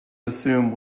assume